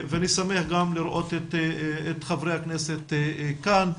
אני שמח לראות את חברי הכנסת כאן,